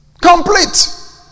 Complete